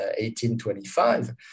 1825